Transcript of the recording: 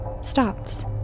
stops